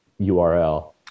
URL